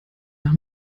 nach